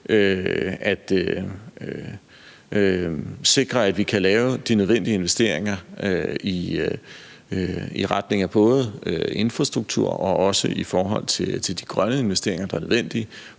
at sikre, at vi både kan lave de nødvendige investeringer i infrastruktur og også de grønne investeringer, der er nødvendige